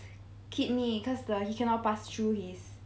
kidney cause like he cannot pass through his